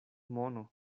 mono